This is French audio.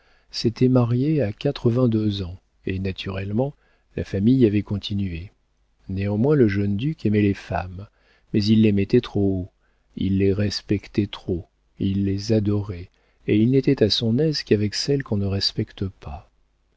s'était marié à quatre-vingt-deux ans et naturellement la famille avait continué néanmoins le jeune duc aimait les femmes mais il les mettait trop haut il les respectait trop il les adorait et il n'était à son aise qu'avec celles qu'on ne respecte pas